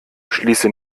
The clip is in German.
schließe